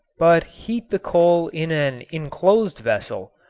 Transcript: but heat the coal in an enclosed vessel,